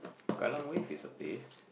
Kallang-Wave is a place